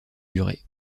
durée